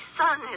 son